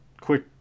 quick